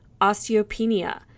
osteopenia